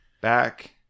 back